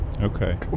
Okay